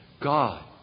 God